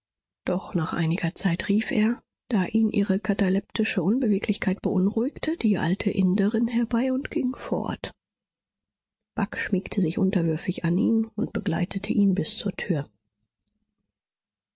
doch nach einiger zeit rief er da ihn ihre kataleptische unbeweglichkeit beunruhigte die alte inderin herbei und ging fort bagh schmiegte sich unterwürfig an ihn und begleitete ihn bis zur tür